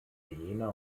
jena